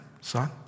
son